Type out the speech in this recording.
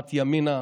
תנועת ימינה,